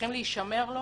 צריכים להישמר לו